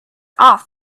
off